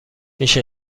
میشه